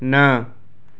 न